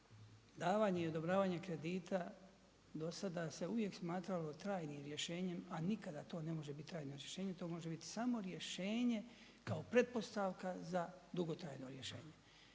davanje i odobravanje kredita dosada se uvijek smatralo trajnim rješenjem a nikada to ne može biti trajno rješenje, to može biti samo rješenje kao pretpostavka za dugotrajno rješenje